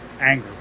anger